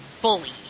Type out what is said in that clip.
bully